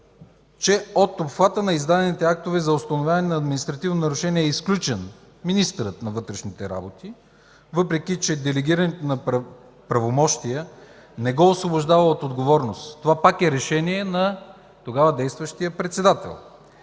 че от обхвата на издадените актове за установяване на административно нарушение е изключен министърът на вътрешните работи, въпреки че делегирането на правомощия не го освобождава от отговорност. Това пак е решение на тогава действащият председател.